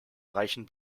reichen